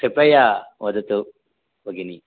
कृपया वदतु भगिनी